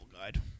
guide